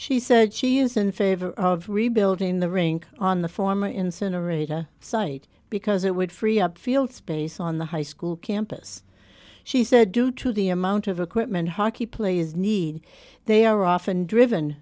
she said she is in favor of rebuilding the rink on the former incinerator site because it would free up field space on the high school campus she said due to the amount of equipment hockey players need they are often driven